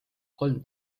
kolm